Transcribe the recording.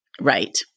Right